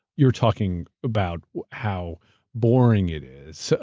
you're talking about how boring it is. so